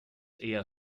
eher